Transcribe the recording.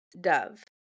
Dove